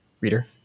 reader